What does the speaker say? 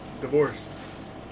Divorce